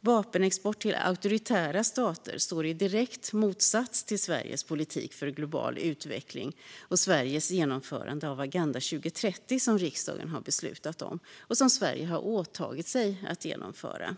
Vapenexport till auktoritära stater står i direkt motsats till Sveriges politik för global utveckling och Sveriges genomförande av Agenda 2030, som riksdagen har beslutat om och som Sverige har åtagit sig att genomföra.